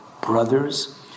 brothers